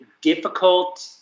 difficult